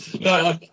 No